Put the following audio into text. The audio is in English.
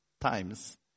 times